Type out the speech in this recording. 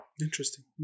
Interesting